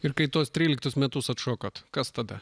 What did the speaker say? ir kai tuos tryliktus metus atšokot kas tada